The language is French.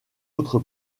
autre